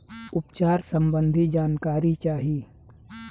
उपचार सबंधी जानकारी चाही?